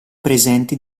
presenti